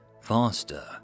faster